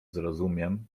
zrozumiem